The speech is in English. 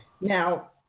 Now